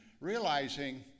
realizing